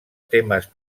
temes